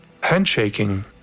handshaking